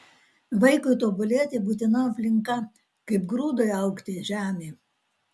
vaikui tobulėti būtina aplinka kaip grūdui augti žemė